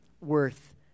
worth